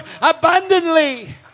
abundantly